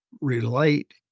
relate